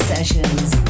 Sessions